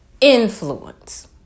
influence